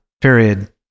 period